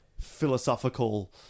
philosophical